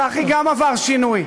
צחי גם עבר שינוי.